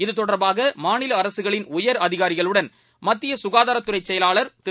இதுதொடர்பாகமாநிலஅரசுகளின்உயர்அதிகாரிகளுடன்மத்தியசுகாதாரத்துறைச் செயலாளர்திரு